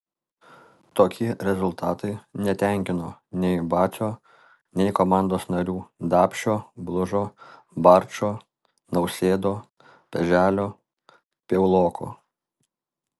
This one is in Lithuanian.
tokie rezultatai netenkino nei bacio nei komandos narių dapšio blužo barčo nausėdo pėželio piauloko